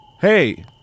Hey